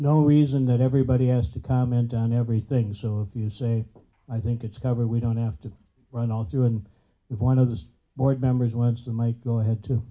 no reason that everybody has to comment on everything so if you say i think it's cover we don't have to run all through and one of the board members wants to make go ahead to